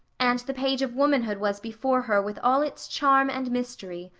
and the page of womanhood was before her with all its charm and mystery,